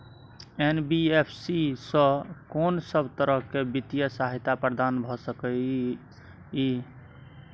NBFC स कोन सब तरह के वित्तीय सहायता प्रदान भ सके इ? इ